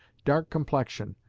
dark complexion,